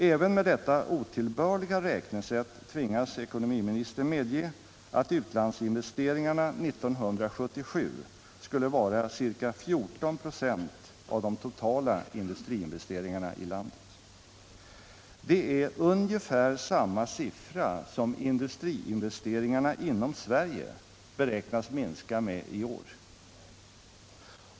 Även med detta otillbörliga räknesätt tvingas ekonomiministern medge att utlandsinvesteringarna 1977 skulle vara ca 14 96 av de totala industriinvesteringarna i landet. Det är ungefär samma siffra som industriinvesteringarna inom Sverige beräknas minska med i år.